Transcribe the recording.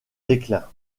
déclin